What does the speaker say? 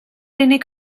unig